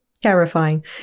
terrifying